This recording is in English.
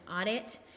audit